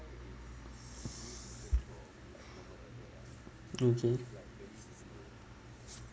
okay